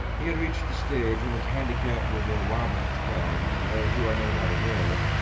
he had reached the stage when his handicap was a wobbly twelve and, as you are no doubt aware,